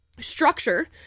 Structure